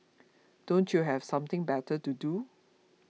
don't you have something better to do